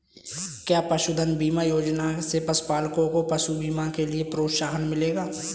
क्या पशुधन बीमा योजना से पशुपालकों को पशु बीमा के लिए प्रोत्साहन मिलेगा?